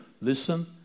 listen